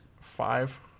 Five